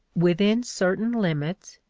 within certain limits,